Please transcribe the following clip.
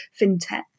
fintech